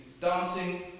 dancing